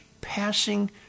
passing